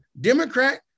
Democrat